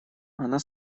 она